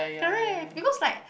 correct because like